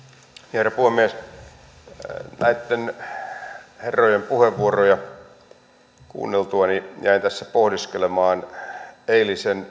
herra puhemies näitten herrojen puheenvuoroja kuunneltuani jäin tässä pohdiskelemaan eilisen